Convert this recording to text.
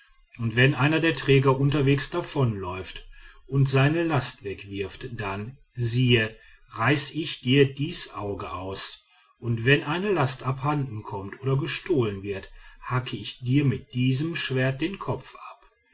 und wenn einer der träger unterwegs davonläuft und seine last wegwirft dann sieh reiße ich dir dies auge aus und wenn eine last abhanden kommt oder gestohlen wird hacke ich dir mit diesem schwert den kopf ab